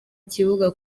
kibuga